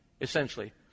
essentially